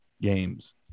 games